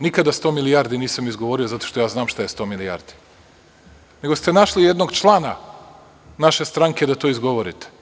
Nikada sto milijardi nisam izgovorio zato što ja znam šta je sto milijardi, nego ste našli jednog člana naše stranke da to izgovorite.